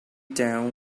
down